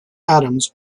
adams